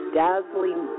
dazzling